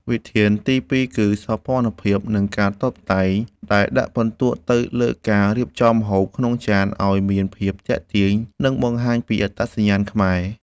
វិធានទីពីរគឺ សោភ័ណភាព និងការតុបតែង ដែលដាក់ពិន្ទុទៅលើការរៀបចំម្ហូបក្នុងចានឱ្យមានភាពទាក់ទាញ និងបង្ហាញពីអត្តសញ្ញាណខ្មែរ។